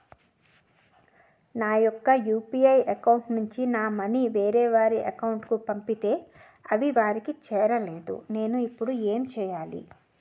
నా యెక్క UPI account నుంచి నా మనీ వేరే వారి అకౌంట్ కు పంపితే అవి వారికి చేరలేదు నేను ఇప్పుడు ఎమ్ చేయాలి?